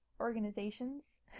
organizations